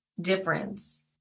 difference